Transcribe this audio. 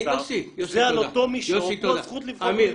זה על אותו מישור כמו הזכות לבחור ולהיבחר.